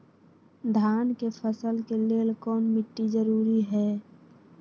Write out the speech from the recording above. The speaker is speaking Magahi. धान के फसल के लेल कौन मिट्टी जरूरी है?